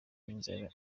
inzara